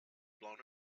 blown